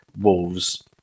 Wolves